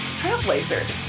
trailblazers